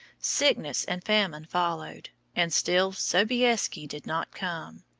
sickness and famine followed, and still sobieski did not come.